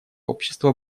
общества